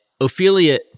Ophelia